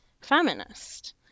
feminist